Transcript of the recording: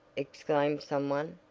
exclaimed some one.